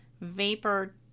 vapor